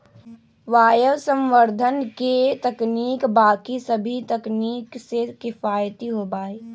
वायवसंवर्धन के तकनीक बाकि सभी तकनीक से किफ़ायती होबा हई